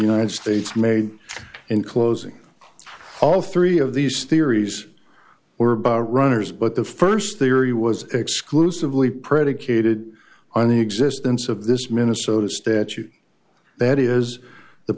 united states made in closing all three of these theories or runners but the st theory was exclusively predicated on the existence of this minnesota statute that is the